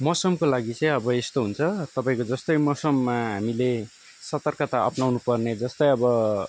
मौसमको लागि चाहिँ अब यस्तो हुन्छ तपाईँको जस्तै मौसममा हामीले सतर्कता अप्नाउनु पर्ने जस्तै अब